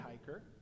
hiker